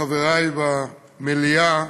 חברי במליאה,